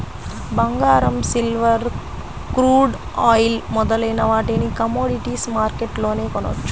బంగారం, silver, crude oil మొదలైన వాటిని కమోడిటీస్ మార్కెట్లోనే కొనవచ్చు